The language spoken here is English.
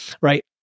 right